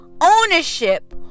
ownership